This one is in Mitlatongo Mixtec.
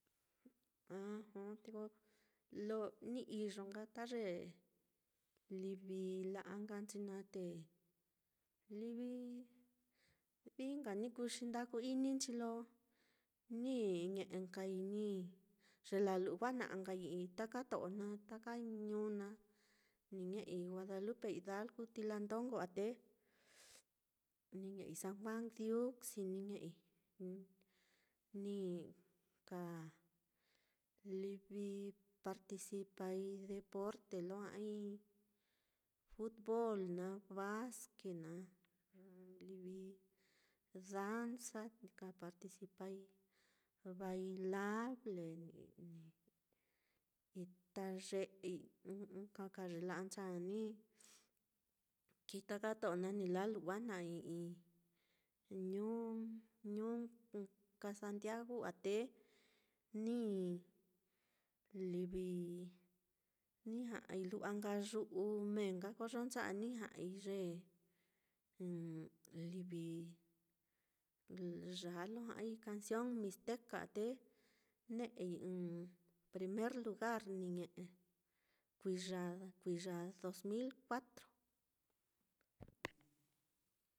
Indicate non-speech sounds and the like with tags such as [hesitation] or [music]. Ah, joo te ko lo ni iyo nka ta ye livi la'a nkanchi naá, te livi vií nka ni kuu xi ndaku-ininchi lo ñe'enkai ni ye la lu'wajna'a kai i'i taka to'o naá taka ñuu naá, ni ñe'ei guadalupe hidalgu. Tilantongo á, te [noise] ni ñe'ei san juan diuxi ni ñe'ei, n-ni ka [hesitation] livi ni ka participai deporte lo ja'ai futbol naá, basque naá, livi danza, ni ka participai bailable. itaye'ei, [hesitation] ɨka ye la'ancha'a kii taka to'o naá ni la lu'wajna'ai i'i ñuu, ñuu nka santiagu á te ni livi, ni ja'ai lu'wa nka yuu mee nka koyoncha'a ni ja'ai ye, [hesitation] livi ye yaa lo ja'ai cancion mixteca á, te ne'ei ɨ́ɨ́n [hesitation] primer lugar ni ñe'e kuiya [hesitation] kuiya dos mil cuatro. [noise]